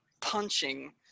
punching